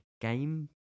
game